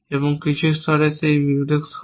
এবং কিছু স্তরে এবং সেগুলি মিউটেক্স হয়